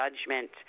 judgment